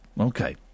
Okay